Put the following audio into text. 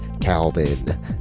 Calvin